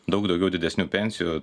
daug daugiau didesnių pensijų